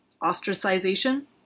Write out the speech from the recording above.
ostracization